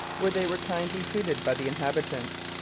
where they were kindly treated by the inhabitants.